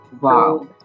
Wow